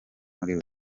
muri